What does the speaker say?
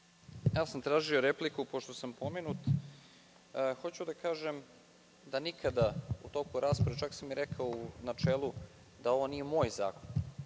sam repliku pošto sam pomenut. Hoću da kažem da nikada u toku rasprave, čak sam rekao i u načelu da ovo nije moj zakon.